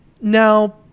Now